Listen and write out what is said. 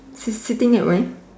she's sitting at where